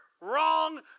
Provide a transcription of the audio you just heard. wrong